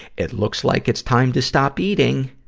it looks like it's time to stop eating!